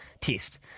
test